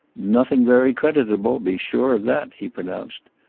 nothing very creditable, be sure of that, he pronounced.